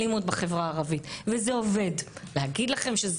להציל נשים ממעגל האלימות שהן נמצאות בו ואולי נוכל להתריע שוב